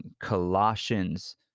Colossians